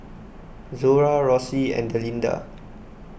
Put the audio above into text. Zora Rossie and Delinda